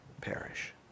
perish